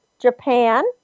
Japan